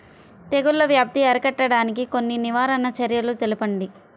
తెగుళ్ల వ్యాప్తి అరికట్టడానికి కొన్ని నివారణ చర్యలు తెలుపండి?